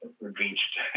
reached